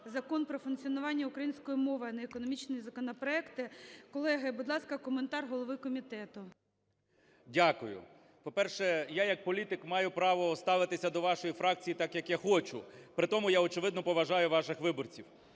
Закон про функціонування української мови, а не економічні законопроекти. Колеги, будь ласка, коментар голови комітету. 16:09:17 КНЯЖИЦЬКИЙ М.Л. Дякую. По-перше, я як політик маю право ставитися до вашої фракції так, як я хочу, при тому я очевидно поважаю ваших виборців.